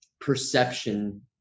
perception